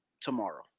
tomorrow